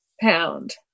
pound